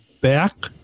back